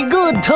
good